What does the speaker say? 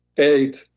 eight